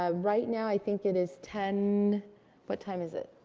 ah right now, i think it is ten what time is it?